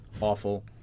Awful